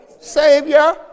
Savior